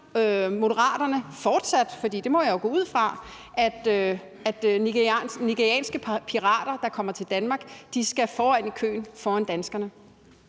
Moderaterne fortsat – og det må jeg jo gå ud fra – at nigerianske pirater, der kommer til Danmark, skal foran i køen og foran danskerne?